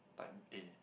type A